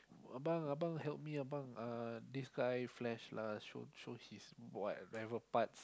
abang abang help me abang uh this guy flash lah show show his what private parts